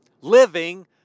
Living